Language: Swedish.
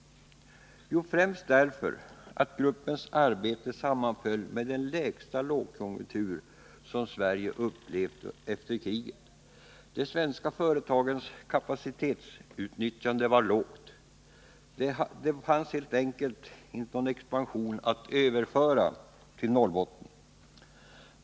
Jo, främst därför att gruppens arbete sammanföll med den lägsta lågkonjunktur som Sverige har upplevt efter kriget. De svenska företagens kapacitetsutnyttjande var lågt. Det fanns helt enkelt inte någon expansion att överföra till Norrbotten.